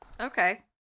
Okay